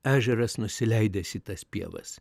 ežeras nusileidęs į tas pievas